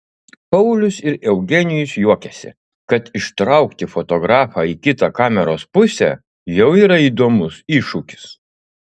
paulius ir eugenijus juokiasi kad ištraukti fotografą į kitą kameros pusę jau yra įdomus iššūkis